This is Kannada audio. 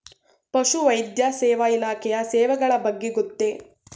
ಪಶುವೈದ್ಯ ಸೇವಾ ಇಲಾಖೆಯ ಸೇವೆಗಳ ಬಗ್ಗೆ ಗೊತ್ತೇ?